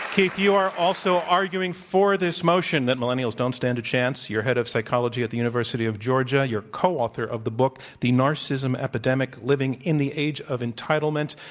keith, you are also arguing for this motion that millennials don't stand a chance. you're head of psychology at the university of georgia. you're co-author of the book, the narcissism epidemic, living in the age of entitlement.